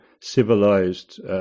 civilized